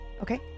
Okay